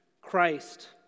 Christ